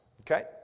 Okay